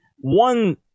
One